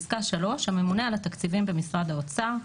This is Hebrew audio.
(3) הממונה על התקציבים במשרד האוצר,